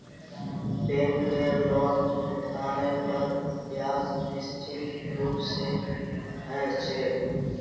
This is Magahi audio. बैंकेर लोनभुगतानेर पर ब्याज निश्चित रूप से ह छे